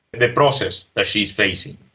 the process that she is facing.